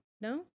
No